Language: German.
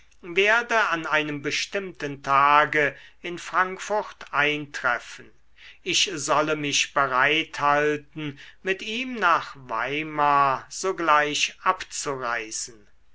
werde an einem bestimmten tage in frankfurt eintreffen ich solle mich bereit halten mit ihm nach weimar sogleich abzureisen